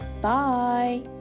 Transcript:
Bye